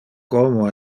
como